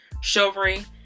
Chivalry